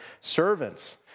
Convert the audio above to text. servants